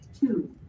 Two